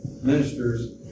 ministers